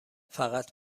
فقط